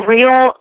Real